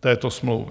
této smlouvy.